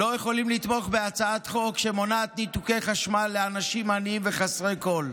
לא יכולים לתמוך בהצעת החוק שמונעת ניתוקי חשמל לאנשים עניים וחסרי כול.